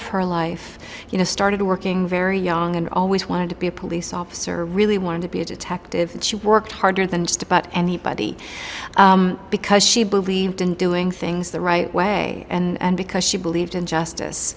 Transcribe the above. of her life you know started working very young and always wanted to be a police officer really wanted to be a detective she worked harder than just about anybody because she believed in doing things the right way and because she believed in justice